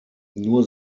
nur